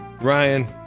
Ryan